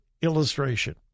illustration